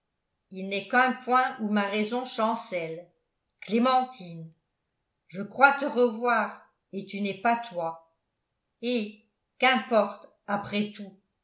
il n'est qu'un point où ma raison chancelle clémentine je crois te revoir et tu n'es pas toi eh qu'importe après tout